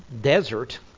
desert